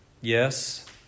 Yes